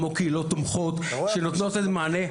קהילות תומכות שנותנות מענה.